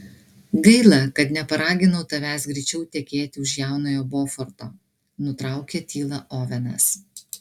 gaila kad neparaginau tavęs greičiau tekėti už jaunojo boforto nutraukė tylą ovenas